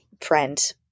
friend